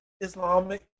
Islamic